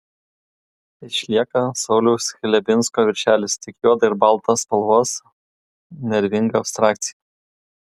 išlieka sauliaus chlebinsko viršelis tik juoda ir balta spalvos nervinga abstrakcija